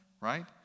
right